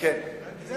היו